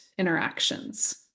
interactions